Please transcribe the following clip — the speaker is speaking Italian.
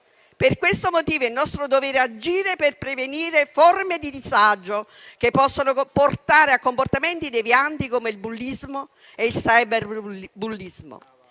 Per questo motivo, è nostro dovere agire per prevenire forme di disagio che possono portare a comportamenti devianti, come il bullismo e il cyberbullismo.